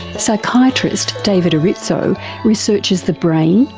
psychiatrist david erritzoe researches the brain,